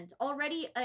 already